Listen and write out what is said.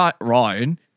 Ryan